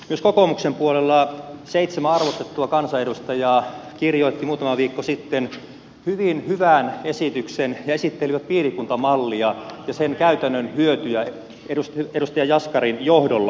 myös kokoomuksen puolella seitsemän arvostettua kansanedustajaa kirjoitti muutama viikko sitten hyvin hyvän esityksen ja esitteli piirikuntamallia ja sen käytännön hyötyjä edustaja jaskarin johdolla